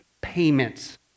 payments